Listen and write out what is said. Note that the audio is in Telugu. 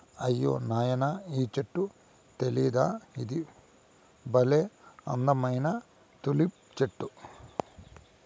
అయ్యో నాయనా ఈ చెట్టు తెలీదా ఇది బల్లే అందమైన తులిప్ చెట్టు